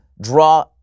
draw